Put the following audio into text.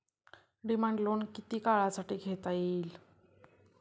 Demand loan किती काळासाठी घेता येईल?